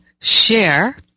share